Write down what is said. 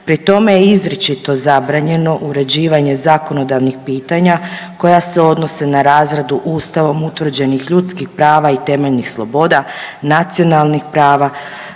Pri tome je izričito zabranjeno uređivanje zakonodavnih pitanja koja se odnose na razradu Ustavom utvrđenih ljudskih prava i temeljnih sloboda, nacionalnih prava,